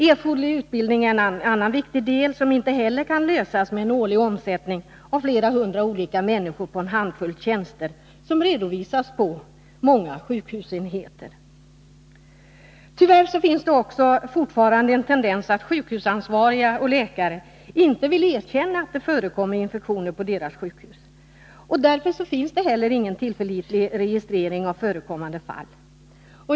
Erforderlig utbildning är en annan viktig del, men den frågan kan inte heller lösas när den årliga omsättningen är flera hundra olika människor på en handfull tjänster — något som redovisas på många sjukhusenheter. Tyvärr finns det också fortfarande en tendens att sjukhusansvariga och läkare inte vill erkänna att det förekommer infektioner på deras sjukhus. Därför finns det inte heller någon tillförlitlig registrering av förekommande fall.